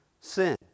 sin